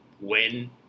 win